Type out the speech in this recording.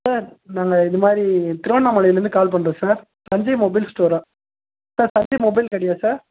sir நாங்கள் இதுமாதிரி திருவண்ணாமலையிலருந்து கால் பண்ணுறோம் சார் சஞ்சய் மொபைல் ஸ்டோரா சார் சக்தி மொபைல் கடையா சார்